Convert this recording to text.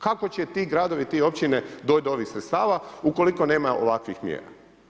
Kako će ti gradovi, ti općine doći do ovih sredstava ukoliko nema ovakvih mjera?